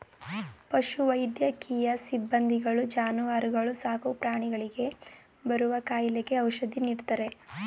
ಪಶು ವೈದ್ಯಕೀಯ ಸಿಬ್ಬಂದಿಗಳು ಜಾನುವಾರುಗಳು ಸಾಕುಪ್ರಾಣಿಗಳಿಗೆ ಬರುವ ಕಾಯಿಲೆಗೆ ಔಷಧಿ ನೀಡ್ತಾರೆ